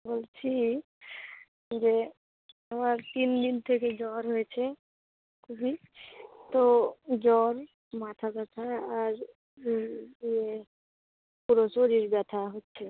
বলছি যে আমার তিন দিন থেকে জ্বর হয়েছে খুবই তো জ্বর মাথা ব্যথা আর ইয়ে পুরো শরীর ব্যথা হচ্ছে